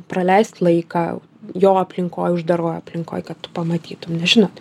praleist laiką jo aplinkoj uždaroj aplinkoj kad tu pamatytum nes žinot